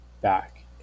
back